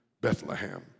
Bethlehem